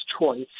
choice